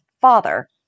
father